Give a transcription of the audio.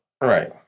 Right